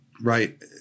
right